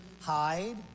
hide